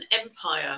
empire